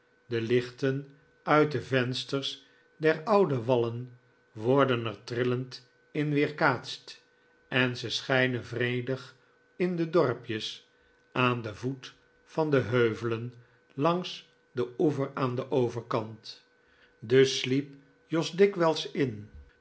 de lichten uit de vensters der oude wallen worden er trillend in weerkaatst en ze schijnen vredig in de dorpjes aan den voet van de heuvelen langs den oever aan den overkant dus sliep jos dikwijls in